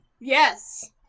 Yes